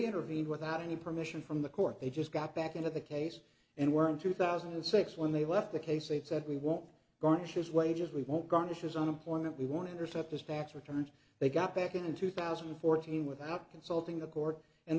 intervened without any permission from the court they just got back into the case and were in two thousand and six when they left the case it said we won't garnish his wages we won't garnish is unemployment we want intercept dispatch returned they got back in two thousand and fourteen without consulting a court and